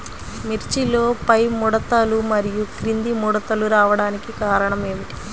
మిర్చిలో పైముడతలు మరియు క్రింది ముడతలు రావడానికి కారణం ఏమిటి?